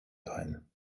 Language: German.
ein